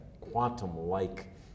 quantum-like